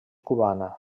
cubana